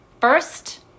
First